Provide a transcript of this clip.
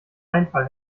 einfall